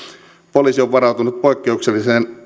poliisi on varautunut poikkeukselliseen